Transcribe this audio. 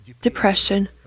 depression